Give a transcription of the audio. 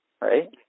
right